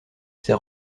ces